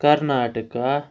Karnataka